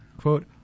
Quote